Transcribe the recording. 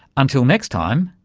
until next time,